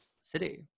city